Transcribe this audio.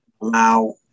allow